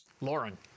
Lauren